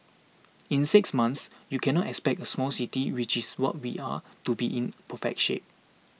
in six months you cannot expect a small city which is what we are to be in perfect shape